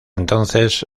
entonces